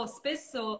spesso